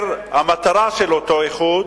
המטרה של אותו איחוד,